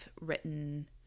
written